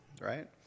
right